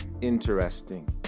interesting